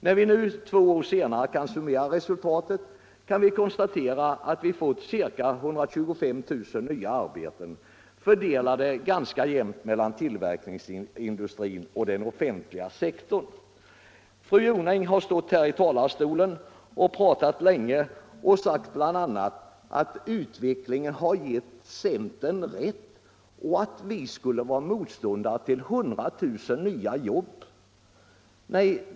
När vi nu, två år senare, kan studera resultatet kan vi konstatera att vi fått ca 125 000 nya arbeten, fördelade ganska jämnt mellan tillverkningsindustrin och den offentliga sektorn. Fru Jonäng har stått här i talarstolen och talat länge. Hon har bl.a. sagt att utvecklingen har gett centern rätt och att vi skulle vara motståndare till att skapa 100 000 nya jobb.